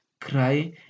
cry